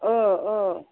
औ औ